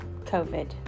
COVID